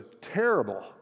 terrible